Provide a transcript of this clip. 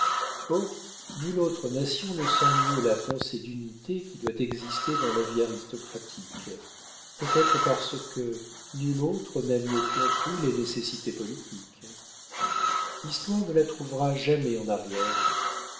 nulle autre nation ne sent mieux la pensée d'unité qui doit exister dans la vie aristocratique peut-être parce que nulle autre n'a mieux compris les nécessités politiques l'histoire ne la trouvera jamais en arrière